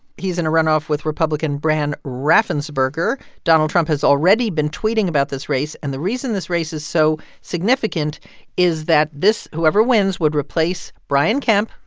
he's in a runoff with republican brad raffensperger. donald trump has already been tweeting about this race. and the reason this race is so significant is that this whoever wins would replace brian kemp,